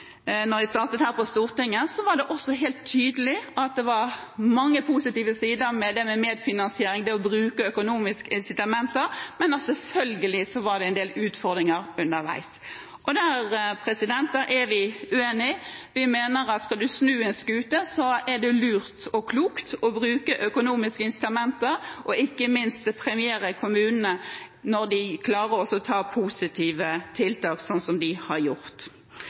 jeg startet her på Stortinget, var det helt tydelig at det var mange positive sider ved denne medfinansieringen, det å bruke økonomiske incitamenter, men selvfølgelig var det en del utfordringer underveis. Og der er vi uenig. Vi mener at skal man snu en skute, er det lurt og klokt å bruke økonomiske incitamenter og ikke minst premiere kommunene når de klarer å sette i verk positive tiltak, sånn som vi har gjort.